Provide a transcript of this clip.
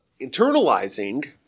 internalizing